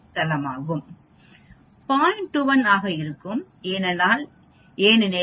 21 ஆக இருக்கும் ஏனெனில் A 0